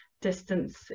distance